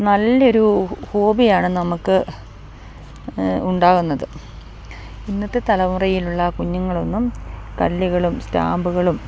നല്ലൊരു ഹോബിയാണ് നമുക്ക് ഉണ്ടാകുന്നത് ഇന്നത്തെ തലമുറയിലുള്ള കുഞ്ഞുങ്ങളൊന്നും കല്ലുകളും സ്റ്റാമ്പുകളും